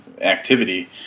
activity